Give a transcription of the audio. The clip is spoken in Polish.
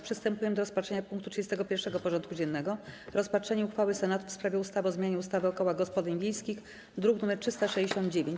Przystępujemy do rozpatrzenia punktu 31. porządku dziennego: Rozpatrzenie uchwały Senatu w sprawie ustawy o zmianie ustawy o kołach gospodyń wiejskich (druk nr 369)